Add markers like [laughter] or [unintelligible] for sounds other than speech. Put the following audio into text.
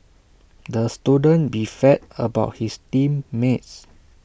the student [unintelligible] about his team mates